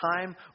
time